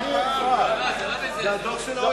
זה מהדוח של ה-OECD.